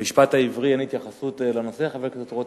במשפט העברי אין התייחסות לנושא, חבר הכנסת רותם,